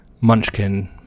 Munchkin